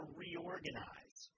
reorganize